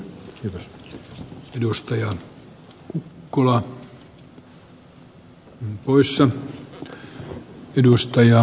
arvoisa puhemies